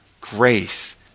grace